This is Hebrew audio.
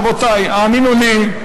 רבותי, האמינו לי.